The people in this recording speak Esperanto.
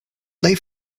plej